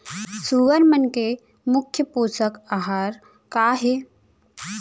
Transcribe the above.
सुअर मन के मुख्य पोसक आहार का हे?